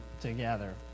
together